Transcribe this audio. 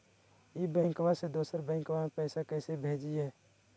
ई बैंकबा से दोसर बैंकबा में पैसा कैसे भेजिए?